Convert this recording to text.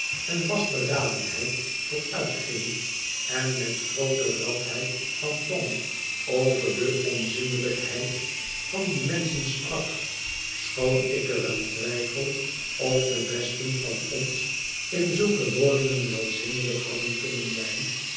en vastberadenheid vooruitging en met groote radheid van tong over de onzindelijkheid van die menschen sprak schoon ik er aan twijfel of de besten van ons in zulke woningen wel zindelijk hadden kunnen zijn